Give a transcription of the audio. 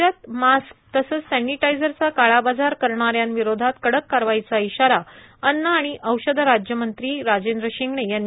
राज्यात मास्क तसंच सॅनिटायझरचा काळाबाजार करणाऱ्यांविरोधात कडक कारवाईचा इशारा अन्न औषध राज्यमंत्री राजेंद्र शिंगणे यांनी दिला आहेत